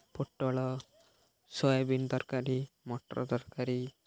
ପୋଟଳ ସୋୟାବିିନ୍ ତରକାରୀ ମଟର ତରକାରୀ